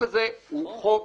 הזה הוא חוק